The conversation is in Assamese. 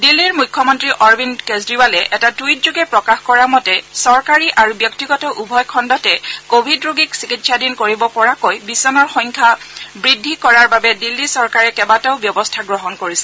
দিল্লীৰ মুখ্যমন্ত্ৰী অৰবিন্দ কেজৰিৱালে এটা টুইটযোগে প্ৰকাশ কৰা মতে চৰকাৰী আৰু ব্যক্তিগত উভয় খণ্ডতে কভিড ৰোগীক চিকিৎসাধীন কৰিব পৰাকৈ বিছনাৰ সংখ্যা বৃদ্ধি কৰাৰ বাবে দিল্লী চৰকাৰে কেইবাটাও ব্যৱস্থা গ্ৰহণ কৰিছে